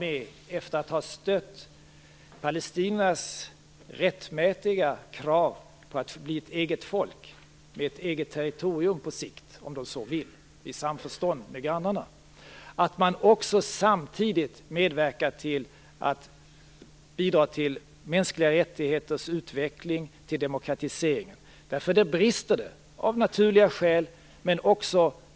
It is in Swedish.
Efter att ha stött palestiniernas rättmätiga krav på att bli ett eget folk med ett eget territorium på sikt, om de så vill och i samförstånd med grannarna, är det nu mycket viktigt att vara med och bidra till utvecklingen av de mänskliga rättigheterna och till demokratiseringen. Där brister det av naturliga skäl.